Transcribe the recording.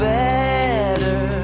better